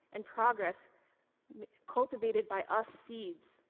and progress cultivated by us seeds.